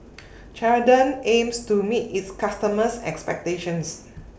Ceradan aims to meet its customers' expectations